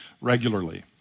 regularly